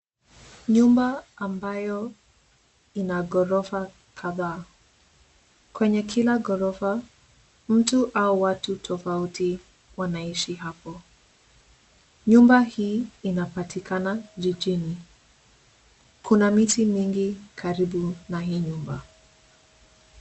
Nyumba ambayo ina ghorofa kadhaa. Kwenye kila ghorofa mtu au watu tofauti wanaishi hapo. Nyumba hii inapatikana mijini. Kuna miti mingi karibu na hii nyumba.